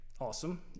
awesome